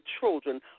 children